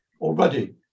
already